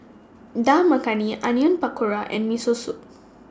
Dal Makhani Onion Pakora and Miso Soup